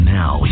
now